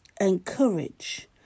encourage